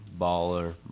baller